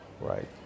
right